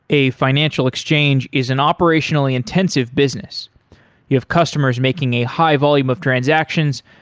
a financial exchange is an operationally intensive business you have customers making a high volume of transactions,